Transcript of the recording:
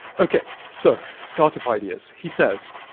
okay, so startup ideas. he says,